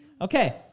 Okay